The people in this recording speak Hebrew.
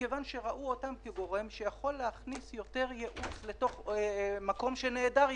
מכיוון שראו אותם כגורם שיכול להכניס יותר ייעוץ לתוך מקום שנעדר ייעוץ,